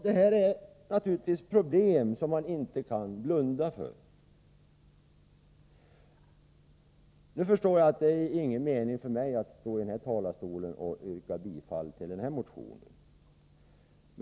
Detta är naturligtvis problem sc n man inte kan blunda för. Men jag förstår att det inte är någon mening för mig att här yrka bifall till den aktuella motionen.